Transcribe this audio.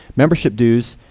membership dues,